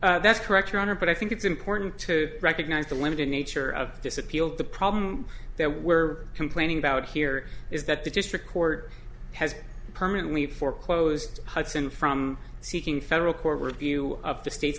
things that's correct your honor but i think it's important to recognize the limited nature of this appeal the problem that we're complaining about here is that the district court has permanently foreclosed hudson from seeking federal court review